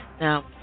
Now